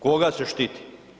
Koga se štiti?